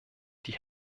die